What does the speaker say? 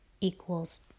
equals